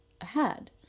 ahead